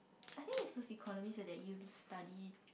I think is so that you be study